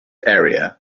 area